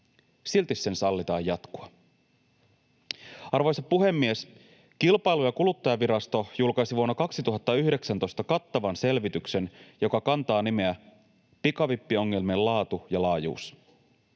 Silti sen sallitaan jatkua. Arvoisa puhemies! Kilpailu- ja kuluttajavirasto julkaisi vuonna 2019 kattavan selvityksen, joka kantaa nimeä ”Pikavippiongelmien laatu ja laajuus”.